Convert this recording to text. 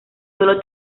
sólo